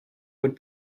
would